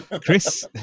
Chris